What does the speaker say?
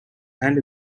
and